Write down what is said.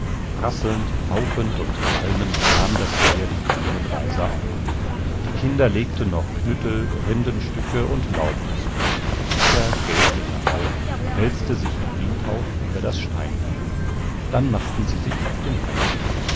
prasselnd fauchend und qualmend nahm das feuer die grünen reiser auf die kinder legten noch knüttel rindenstücke und laub zu dicker gelblicher rauch wälzte sich im windhauch über das steinfeld dann machten sie sich auf den heimweg